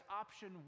option